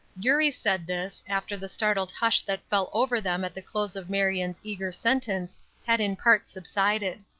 eurie said this after the startled hush that fell over them at the close of marion's eager sentence had in part subsided.